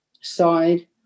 side